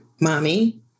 mommy